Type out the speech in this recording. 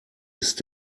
ist